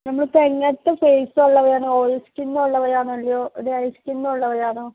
നമ്മൾ ഇപ്പോൾ എങ്ങനത്തെ ഫെയ്സ് ഉള്ളവരാണ് ലൈറ്റ് സ്കിൻ ഉള്ളവരാണോ അതോ ഡ്രൈ സ്കിൻ ഉള്ളവരാണോ